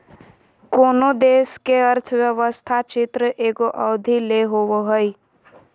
कोनो देश के अर्थव्यवस्था चित्र एगो अवधि ले होवो हइ